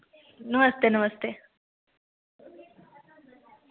नमस्ते नमस्ते